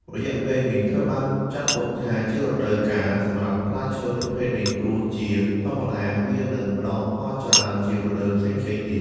រយៈពេលនេះត្រូវបានចាត់ទុកថាជារដូវកាលសម្រាប់ផ្លែឈើប្រភេទនេះ ព្រោះជាធម្មតាវានឹងផ្តល់ផលច្រើនជាងរដូវផ្សេងៗទៀត។